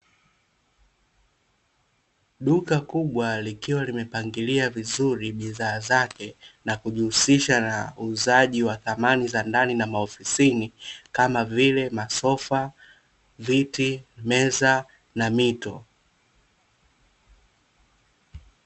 Duka kubwa likiwa limepangilia vizuri bidhaa zake, na kujihusisha na uuzaji wa thamani za ndani na maofisini kama vile: masofa, viti, meza, na mito.